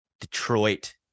Detroit